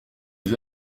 les